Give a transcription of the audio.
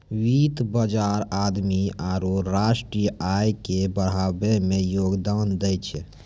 वित्त बजार आदमी आरु राष्ट्रीय आय के बढ़ाबै मे योगदान दै छै